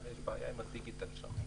התזכיר.